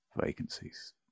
vacancies